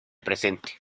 presente